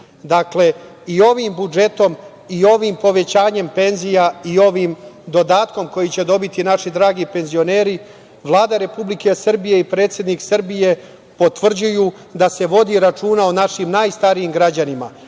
Dakle i ovim budžetom i ovim povećanjem penzija i ovim dodatkom koji će dobiti naši dragi penzioneri, Vlada Republike Srbije i predsednik Srbije potvrđuju da se vodi računa o našim najstarijim građanima,